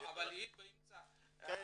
היא באמצע דבריה.